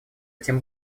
тем